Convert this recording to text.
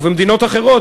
ומדינות אחרות.